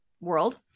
world